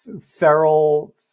feral